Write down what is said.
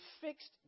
fixed